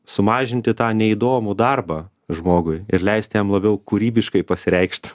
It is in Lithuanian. sumažinti tą neįdomų darbą žmogui ir leisti jam labiau kūrybiškai pasireikšt